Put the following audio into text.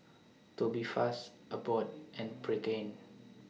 Tubifast Abbott and Pregain